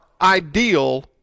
ideal